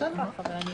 בסדר גמור.